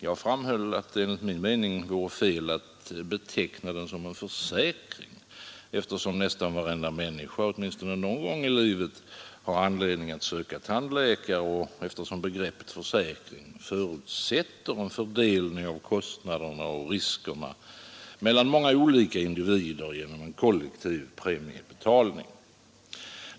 Jag framhöll i motionen att det enligt min mening var fel att beteckna den som en försäkring, eftersom nästan varenda människa, åtminstone någon gång i livet, har anledning att söka tandläkare och eftersom begreppet försäkring förutsätter en fördelning av kostnaderna och riskerna mellan många olika individer genom kollektiv premiebetalning.